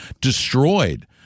destroyed